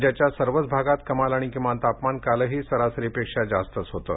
राज्याच्या सर्वच भागात कमाल आणि किमान तापमान कालही सरासरीपेक्षा जास्तच होतं